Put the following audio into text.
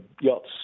yacht's